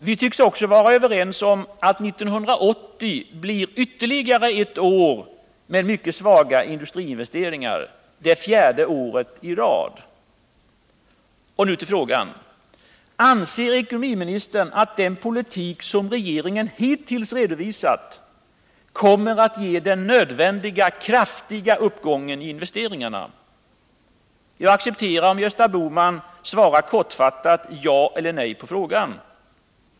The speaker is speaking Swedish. Vi tycks också vara överens om att 1980 blir ytterligare ett år med mycket svaga industriinvesteringar — det fjärde året i rad. Anser ekonomiministern att den politik som regeringen hittills har redovisat kommer att ge den nödvändiga kraftiga uppgången i investeringarna? Jag accepterar om Gösta Bohman svarar kortfattat ja eller nej på den frågan.